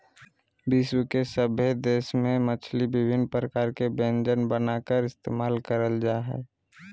विश्व के सभे देश में मछली विभिन्न प्रकार के व्यंजन बनाकर इस्तेमाल करल जा हइ